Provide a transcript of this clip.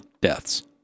deaths